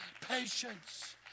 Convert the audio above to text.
patience